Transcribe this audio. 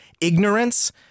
ignorance